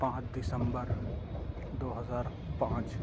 پانچ دسمبر دو ہزار پانچ